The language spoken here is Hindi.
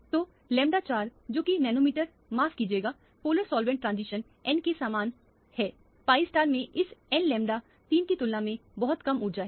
तो लैम्ब्डा 4 जो कि nonpolar sorry polar solvent transition n के समान है pi में इस n लैम्ब्डा 3 की तुलना में बहुत कम ऊर्जा है